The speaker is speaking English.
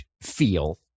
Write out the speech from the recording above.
feel